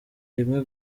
rimwe